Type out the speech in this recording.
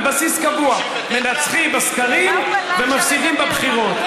על בסיס קבוע: מנצחים בסקרים ומפסידים בבחירות.